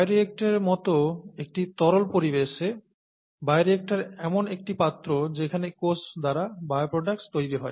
বায়োরিয়েক্টরের মত একটি তরল পরিবেশে বায়োরিয়েক্টর এমন একটি পাত্র যেখানে কোষ দ্বারা বায়োপ্রডাক্টস তৈরি হয়